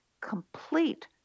Complete